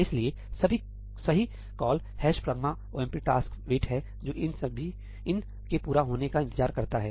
इसलिए सही call 'hash pragma omp taskwait' है जो इन के पूरा होने का इंतजार करता है